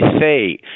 say